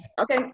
okay